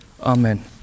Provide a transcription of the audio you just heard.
Amen